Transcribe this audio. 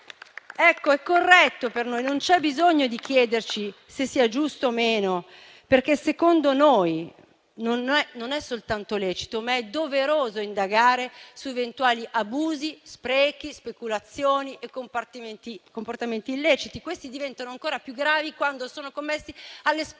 Ecco, è corretto per noi e non c'è bisogno di chiederci se sia giusto o meno. Secondo noi, non è soltanto lecito, ma è doveroso indagare su eventuali abusi, sprechi, speculazioni e comportamenti illeciti. Questi diventano ancora più gravi quando sono commessi alle spalle degli